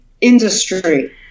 industry